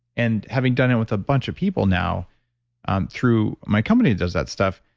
and having done it with a bunch of people now um through. my company does that stuff.